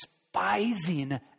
despising